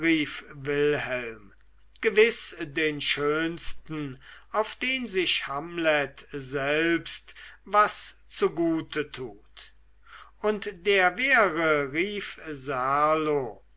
gewiß den schönsten auf den sich hamlet selbst was zugute tut und der wäre rief